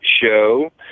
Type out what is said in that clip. show